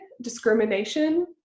discrimination